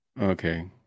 Okay